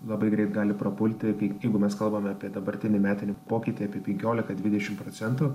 labai greit gali prapulti tai jeigu mes kalbame apie dabartinį metinį pokytį apie penkioliką dvidešimt procentų